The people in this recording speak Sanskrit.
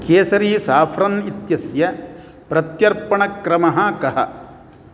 केसरी साफ़्रन् इत्यस्य प्रत्यर्पणक्रमः कः